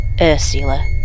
Ursula